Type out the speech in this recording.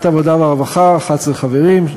ועדת העבודה, הרווחה והבריאות, 11 חברים.